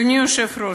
אדוני היושב-ראש,